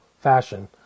fashion